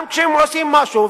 גם כשהם עושים משהו,